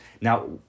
Now